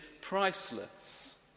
priceless